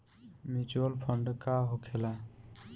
Mutual fund का होखेला?